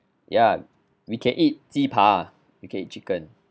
ya we can eat 鸡排 we can eat chicken